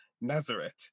nazareth